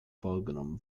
vorgenommen